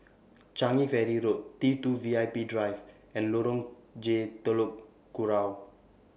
Changi Ferry Road T two V I P Drive and Lorong J Telok Kurau